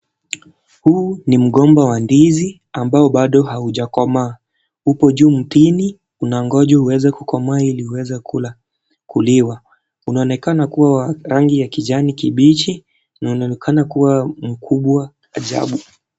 Huu ni mgomba wa ndizi ambao bado haujakomaa hupo juu mtini unaongoja uweze kukomaa ili uweze kuliwa, unaonekana kua wa rangi ya kijani kibichi unaonekana kua mkubwa ajabu.